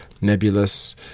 nebulous